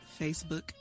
Facebook